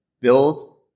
build